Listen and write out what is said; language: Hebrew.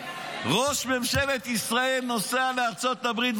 ראש ממשלת ישראל נוסע לארצות הברית,